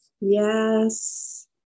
Yes